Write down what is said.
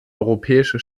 europäische